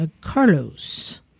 Carlos